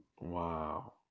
Wow